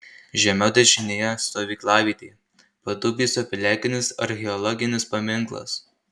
žemiau dešinėje stovyklavietė padubysio piliakalnis archeologinis paminklas